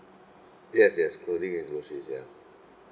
yes yes clothing and groceries ya